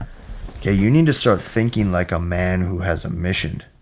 okay, you need to start thinking like a man who has a mission.